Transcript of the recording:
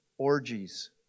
orgies